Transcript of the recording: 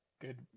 Good